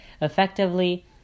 effectively